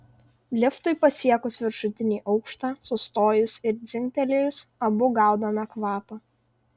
liftui pasiekus viršutinį aukštą sustojus ir dzingtelėjus abu gaudome kvapą